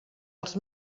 els